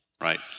right